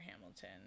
hamilton